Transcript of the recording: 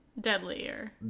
Deadlier